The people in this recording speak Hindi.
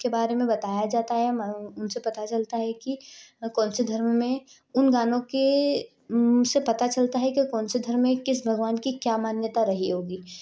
के बारे में बताया जाता है म उनसे पता चलता है कि कौन सी धर्म में उन गानों के से पता चलता है कि कौन से धर्म में किस भगवान की क्या मान्यता रही होगी और